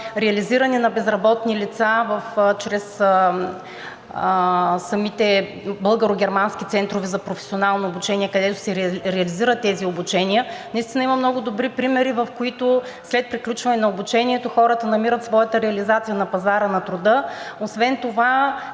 реализирани, на безработни лица чрез самите българо-германски центрове за професионално обучение, където се реализират тези обучения, наистина има много добри примери, в които след приключване на обучението хората намират своята реализация на пазара на труда. Освен това